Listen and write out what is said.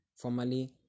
formally